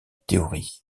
théorie